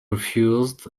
refused